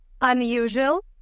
unusual